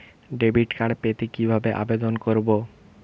Debit card পেতে কিভাবে আবেদন করব?